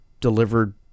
delivered